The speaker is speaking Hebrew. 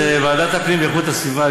אז ועדת הפנים והגנת הסביבה,